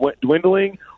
dwindling